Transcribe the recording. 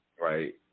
right